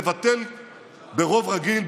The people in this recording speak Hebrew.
יבטל ברוב רגיל,